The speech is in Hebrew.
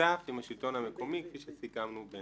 במשותף עם השלטון המקומי כפי שסיכמנו.